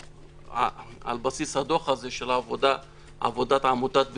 על בסיס עבודת עמותת בזכות,